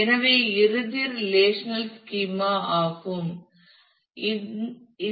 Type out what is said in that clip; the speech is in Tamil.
எனவே இது இறுதி ரெலேஷனல் ஸ்கீமா ஆகும்